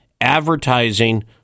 advertising